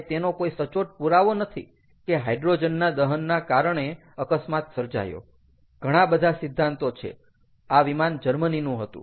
અને તેનો કોઈ સચોટ પુરાવો નથી કે હાઈડ્રોજનના દહનના કારણે અકસ્માત સર્જાયો ઘણા બધા સિદ્ધાંતો છે આ વિમાન જર્મનીનું હતું